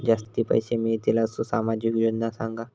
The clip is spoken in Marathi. जास्ती पैशे मिळतील असो सामाजिक योजना सांगा?